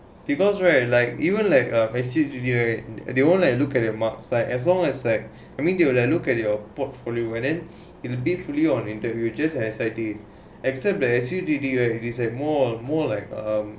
because right like even like ah S_U_T_D right they won't like look at the marks right as long as like I mean they will look at your portfolio and then it'll be based fully on interview just like S_I_D except that S_U_T_D will more like um